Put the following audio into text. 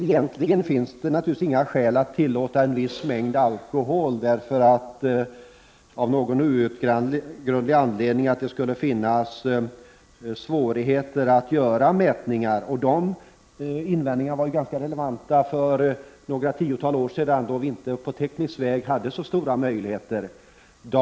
Egentligen finns det naturligtvis inga skäl att tillåta en viss mängd alkohol, utom om det av någon outgrundlig anledning skulle finnas svårigheter att göra mätningar. Men sådana invändningar var relevanta för några tiotal år sedan då vi inte på teknisk väg hade så stora möjligheter att mäta.